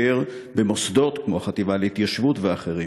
על מוסדות כמו החטיבה להתיישבות ואחרים,